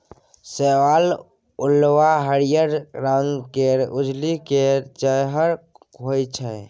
शैवाल उल्वा हरिहर रंग केर कजली जेहन होइ छै